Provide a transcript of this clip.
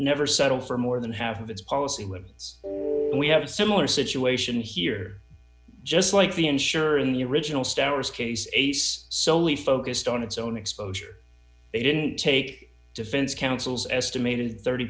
never settle for more than half of its policy wins we have a similar situation here just like the insurer in the original stars case ace solely focused on its own exposure they didn't take defense counsel's estimated thirty